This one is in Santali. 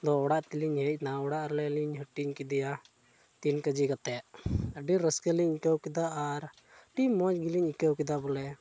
ᱫᱚ ᱚᱲᱟᱜ ᱞᱤᱧ ᱦᱮᱡ ᱮᱱᱟ ᱚᱲᱟᱜ ᱨᱮᱞᱤᱧ ᱦᱟᱹᱴᱤᱧ ᱠᱮᱫᱮᱭᱟ ᱛᱤᱱ ᱠᱮᱡᱤ ᱠᱟᱛᱮᱫ ᱟᱹᱰᱤ ᱨᱟᱹᱥᱠᱟᱹ ᱞᱤᱧ ᱟᱹᱭᱠᱟᱹᱣ ᱠᱮᱫᱟ ᱟᱨ ᱟᱹᱰᱤ ᱢᱚᱡᱽ ᱜᱮᱞᱤᱧ ᱟᱹᱭᱠᱟᱹᱣ ᱠᱮᱫᱟ ᱵᱚᱞᱮ